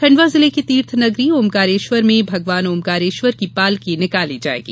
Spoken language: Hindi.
खंडवा जिले की तीर्थ नगरी ओमकारेश्वर में भगवान ओमकारेश्वर की पालकी निकाली जाएगी